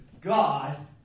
God